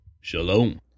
Shalom